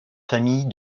famille